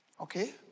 Okay